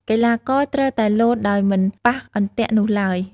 កីឡាករត្រូវតែលោតដោយមិនប៉ះអន្ទាក់នោះឡើយ ។